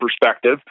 perspective